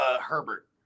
Herbert